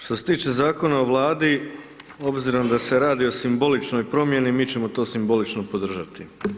Što se tiče Zakona o Vladi obzirom da se radi o simboličnoj promjeni, mi ćemo to simbolično podržati.